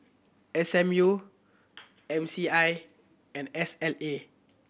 S M U M C I and S L A